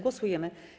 Głosujemy.